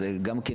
אז גם כן,